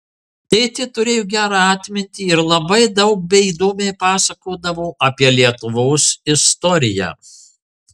tėtė turėjo gerą atmintį ir labai daug bei įdomiai pasakodavo apie lietuvos istoriją